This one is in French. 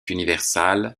universal